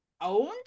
owned